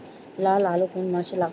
লাল আলু কোন মাসে লাগাব?